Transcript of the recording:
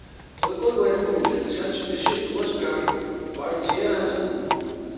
تُہۍ کوٚت وٲتۍوٕ ؤۄنۍکیٚس أسۍ حظ چھِ مےٚ چھِ ییٚتہِ دوس پراران بَڑٕ ژیر حظ گوٚو